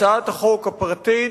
הצעת החוק הפרטית,